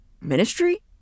ministry